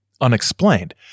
unexplained